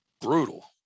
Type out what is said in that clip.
brutal